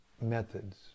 methods